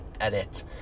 edit